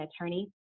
attorney